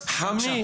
חמי